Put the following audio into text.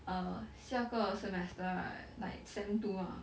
err 下个 semester right like sem two ah